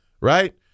right